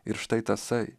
ir štai tasai